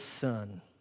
Son